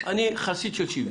אני חסיד של שוויון.